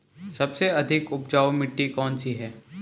सबसे अधिक उपजाऊ मिट्टी कौन सी है?